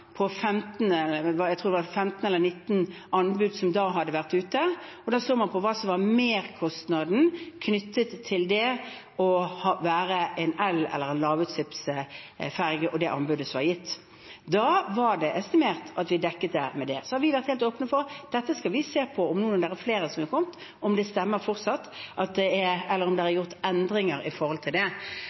jeg tror det var – 15 eller 19 anbud som hadde vært ute. Da så man på hva som var merkostnaden knyttet til el- eller lavutslippsferger og anbudet som var gitt. Det var estimert at vi dekket det med det. Så har vi vært helt åpne for at vi skal se på dette når det nå har kommet flere – om det fortsatt stemmer, eller om det er endringer i det. Samferdselsministeren og tre andre statsråder skal møte de fem store fergefylkene – jeg tror det er 2. mars de er invitert til